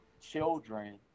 children